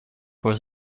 was